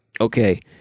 Okay